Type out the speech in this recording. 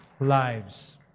lives